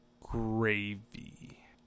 gravy